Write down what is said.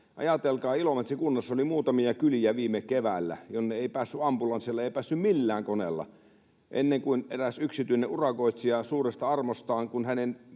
Ajatelkaa, Ilomantsin kunnassa oli viime keväänä muutamia kyliä, jonne ei päässyt ambulanssilla, ei päässyt millään koneella, ennen kuin eräs yksityinen urakoitsija suuresta armostaan — kun hänen